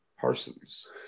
Parsons